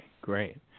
great